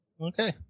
Okay